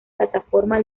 plataforma